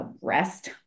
rest